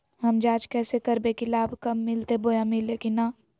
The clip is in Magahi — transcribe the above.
हम जांच कैसे करबे की लाभ कब मिलते बोया मिल्ले की न?